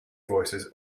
voices